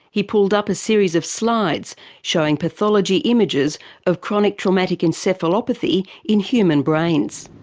he pulled up a series of slides showing pathology images of chronic traumatic encephalopathy in human brains.